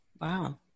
Wow